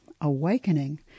Awakening